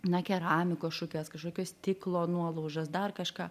na keramikos šukes kažkokio stiklo nuolaužas dar kažką